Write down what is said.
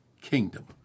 kingdom